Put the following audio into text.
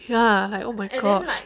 ya like oh my god